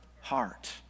heart